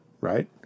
right